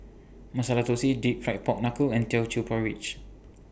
Masala Thosai Deep Fried Pork Knuckle and Teochew Porridge